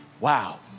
wow